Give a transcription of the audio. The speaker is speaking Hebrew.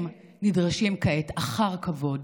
הם נדרשים כעת אחר כבוד